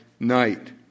Night